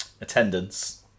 attendance